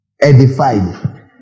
edified